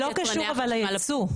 זה לא קשור לייצוא.